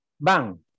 Bang